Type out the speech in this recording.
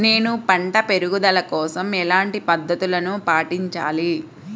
నేను పంట పెరుగుదల కోసం ఎలాంటి పద్దతులను పాటించాలి?